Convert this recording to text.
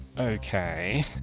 Okay